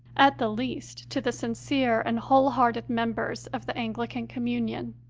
at the least, to the sincere and whole-hearted members of the anglican communion.